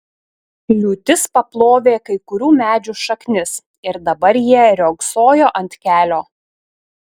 liūtis paplovė kai kurių medžių šaknis ir dabar jie riogsojo ant kelio